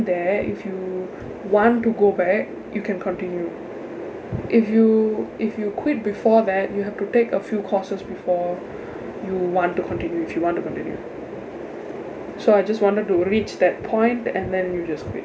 there if you want to go back you can continue if you if you quit before that you have to take a few courses before you want to continue if you want to continue so I just wanted to reach that point and then you just quit